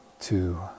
two